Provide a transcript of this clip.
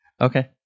Okay